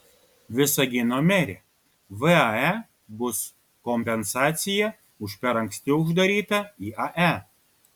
visagino merė vae bus kompensacija už per anksti uždarytą iae